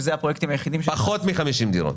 שאלה הפרויקטים היחידים --- פחות מ-50 דירות.